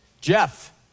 Jeff